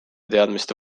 teadmiste